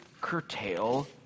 curtail